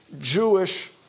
Jewish